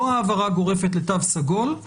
לא העברה גורפת לתו סגול,